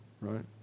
right